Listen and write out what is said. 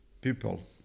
People